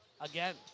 again